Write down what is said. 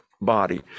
body